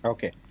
Okay